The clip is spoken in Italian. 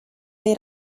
dei